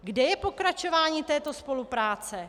Kde je pokračování této spolupráce?